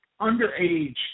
underage